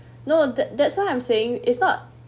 no that that's what I'm saying it's not